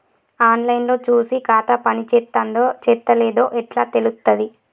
On line లో చూసి ఖాతా పనిచేత్తందో చేత్తలేదో ఎట్లా తెలుత్తది?